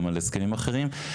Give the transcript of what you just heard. גם להסכמים אחרים.